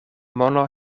mono